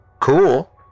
cool